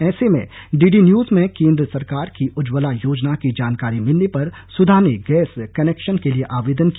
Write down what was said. ऐसे में DD News में केंद्र सरकार की उज्जवला योजना की जानकारी मिलने पर सुधा ने गैस कनेक्शन के लिए आवेदन किया